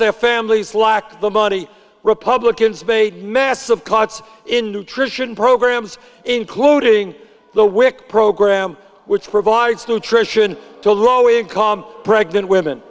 their families lack the money republicans made massive cuts in nutrition programs including the wic program which provides nutrition to low income pregnant women